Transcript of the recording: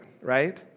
right